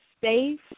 safe